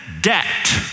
debt